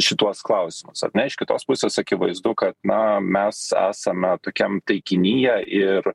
šituos klausimus ar ne iš kitos pusės akivaizdu kad na mes esame tokiam taikinyje ir